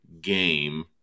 game